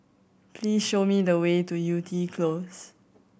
please show me the way to Yew Tee Close